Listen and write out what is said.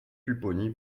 pupponi